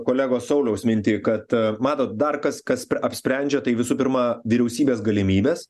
kolegos sauliaus mintį kad matot dar kas kas apsprendžia tai visų pirma vyriausybės galimybės